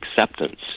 acceptance